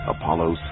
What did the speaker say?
Apollo